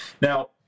Now